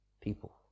people